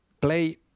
play